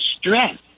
stress